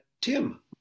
Tim